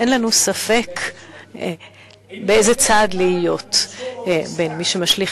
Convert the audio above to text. אין לנו ספק באיזה צד להיות בין מי שמשליך